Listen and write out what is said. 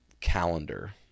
calendar